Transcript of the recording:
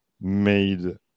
made